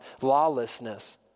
Lawlessness